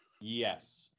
Yes